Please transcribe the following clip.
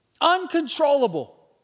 Uncontrollable